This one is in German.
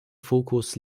fokus